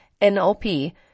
NLP